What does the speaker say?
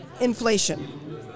inflation